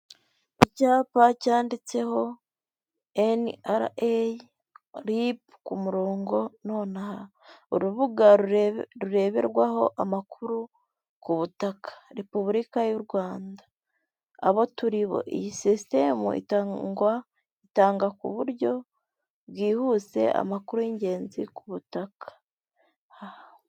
Icyapa cyanditseho NLA LIIP ku murongo none aha, urubuga rureberwaho amakuru ku butaka Repubulika y'u Rwanda, abo turibo iyi sisiteme itanga ku buryo bwihuse amakuru y'ingenzi ku butaka.